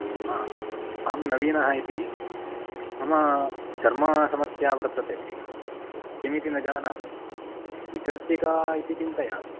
हा अहं नवीनः इति मम चर्मसमस्या वर्तते किमिति न जानामि विचर्चिका इति चिन्तयामि